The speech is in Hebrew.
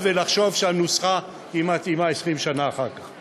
ולחשוב שהנוסחה מתאימה 20 שנה אחר כך.